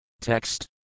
Text